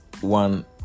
one